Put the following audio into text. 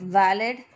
valid